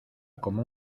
como